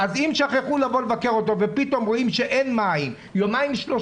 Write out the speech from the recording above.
אז אם שכחו לבוא לבקר אותו ופתאום רואים שאין מים יומיים-שלושה,